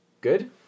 Good